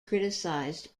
criticized